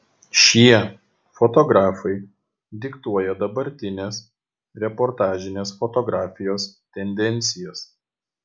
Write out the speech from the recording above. šie fotografai diktuoja dabartinės reportažinės fotografijos tendencijas